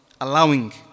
allowing